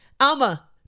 Alma